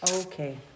Okay